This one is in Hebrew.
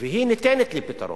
והיא ניתנת לפתרון.